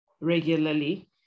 regularly